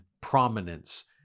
prominence